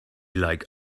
like